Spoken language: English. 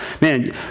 Man